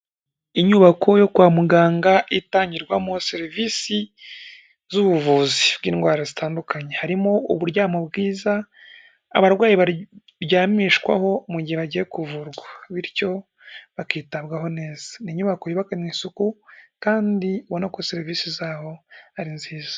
Inyubako yo kwa muganga itangirwamo serivisi z'ubuvuzi bw'indwara zitandukanye. Harimo uburyamo bwiza, abarwayi baryamishwaho mu gihe bagiye kuvurwa. Bityo bakitabwaho neza. Ni inyubako yubakanwe isuku kandi ibona ko serivisi zaho ari nziza.